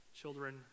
children